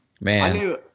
Man